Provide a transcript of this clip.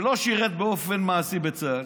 שלא שירת באופן מעשי בצה"ל.